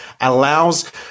allows